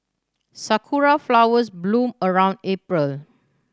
Sakura flowers bloom around April